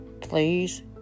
please